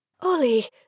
Ollie